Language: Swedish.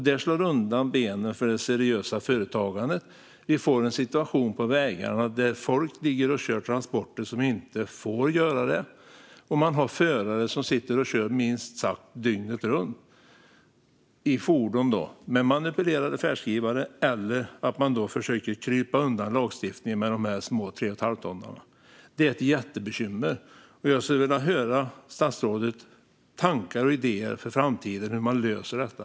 Det slår undan benen för det seriösa företagandet. Vi får en situation på vägarna där folk ligger och kör transporter som inte får göra det, där förare sitter och kör snart sagt dygnet runt i fordon med manipulerade färdskrivare eller där man försöker krypa undan lagstiftningen med de här små 3,5-tonnarna. Det är ett jättebekymmer. Jag skulle vilja höra statsrådets tankar och idéer för framtiden om hur man löser detta.